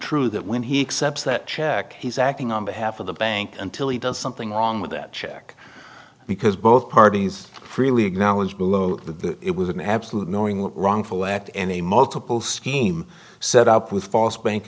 true that when he accepts that check he's acting on behalf of the bank until he does something wrong with that check because both parties freely acknowledged the it was an absolute knowing wrongful act in a multiple scheme set up with false bank